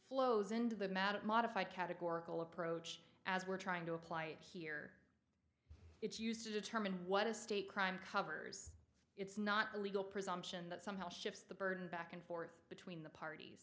flows into the matter modify categorical approach as we're trying to apply it here it's used to determine what a state crime covers it's not a legal presumption that somehow shifts the burden back and forth between the parties